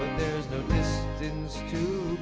there's no distance too